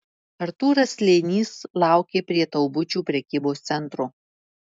artūras slėnys laukė prie taubučių prekybos centro